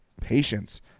patience